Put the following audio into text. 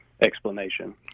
explanation